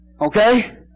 Okay